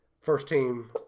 first-team